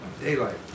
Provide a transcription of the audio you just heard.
daylight